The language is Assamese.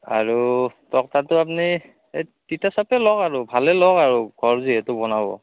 আৰু তক্টাতো আপুনি এই তিতা চাপে লওক আৰু ভালেই লওক আৰু ঘৰ যিহেতু বনাব